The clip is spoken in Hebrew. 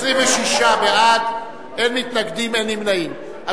26 בעד, אין מתנגדים, אין נמנעים.